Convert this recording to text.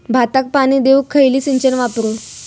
भाताक पाणी देऊक खयली सिंचन वापरू?